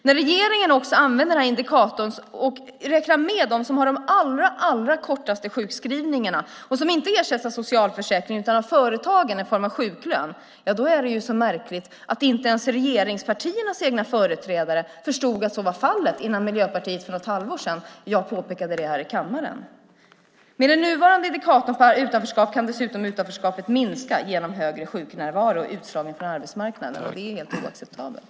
När regeringen i indikatorn också räknar med dem som har de allra kortaste sjukskrivningarna och som inte har ersättning från socialförsäkringen utan från företagen i form av sjuklön är det så märkligt att inte ens regeringspartiernas egna företrädare förstod att så var fallet innan Miljöpartiet och jag för något halvår sedan påpekade det här i kammaren. Med den nuvarande indikatorn för utanförskap kan dessutom utanförskapet minska genom högre sjuknärvaro och utslagning från arbetsmarknaden, och det är helt oacceptabelt.